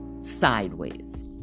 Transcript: sideways